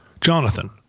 Jonathan